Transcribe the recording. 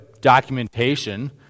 documentation